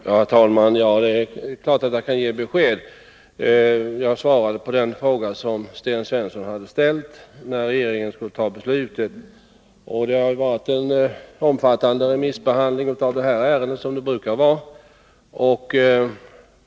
Herr talman! Det är klart att jag kan ge besked. Jag svarade på den fråga som Sten Svensson ställt, när regeringen skulle fatta beslut. Det har varit en omfattande remissbehandling av ärendet, som det brukar vara.